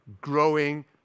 Growing